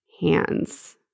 hands